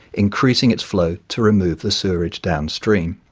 increasing its flow to remove the sewerage downstream.